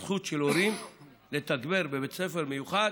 אני מכיר בזכות של הורים לתגבר בית ספר מיוחד,